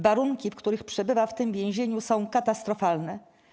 Warunki, w których przebywa w tym więzieniu, są katastrofalne.